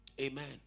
Amen